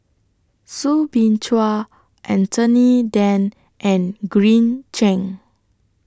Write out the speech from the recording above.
Soo Bin Chua Anthony Then and Green Zeng